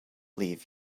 leave